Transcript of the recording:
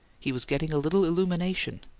he was getting a little illumination.